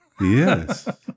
Yes